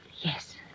Yes